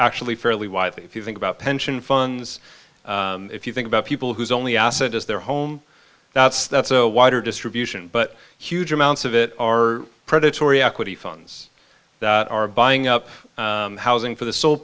fairly wife if you think about pension funds if you think about people whose only asset is their home that's that's a wider distribution but huge amounts of it are predatory equity funds that are buying up housing for the sole